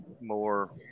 More